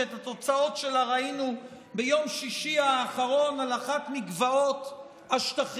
שאת התוצאות שלה ראינו ביום שישי האחרון על אחת מגבעות השטחים,